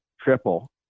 triple